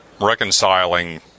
reconciling